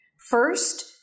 First